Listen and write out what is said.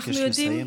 אבקש לסיים.